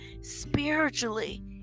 spiritually